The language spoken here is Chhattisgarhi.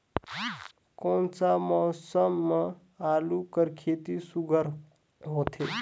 कोन सा मौसम म आलू कर खेती सुघ्घर होथे?